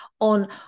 on